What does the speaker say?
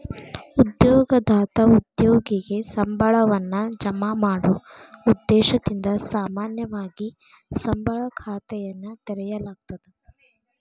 ಉದ್ಯೋಗದಾತ ಉದ್ಯೋಗಿಗೆ ಸಂಬಳವನ್ನ ಜಮಾ ಮಾಡೊ ಉದ್ದೇಶದಿಂದ ಸಾಮಾನ್ಯವಾಗಿ ಸಂಬಳ ಖಾತೆಯನ್ನ ತೆರೆಯಲಾಗ್ತದ